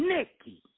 Nikki